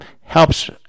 Helps